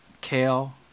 kale